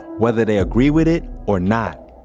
whether they agree with it or not